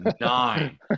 Nine